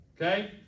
Okay